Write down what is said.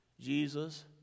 Jesus